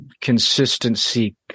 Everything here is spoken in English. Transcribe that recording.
consistency